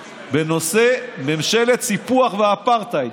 בנושא: ממשלת סיפוח ואפרטהייד.